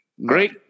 great